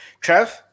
Trev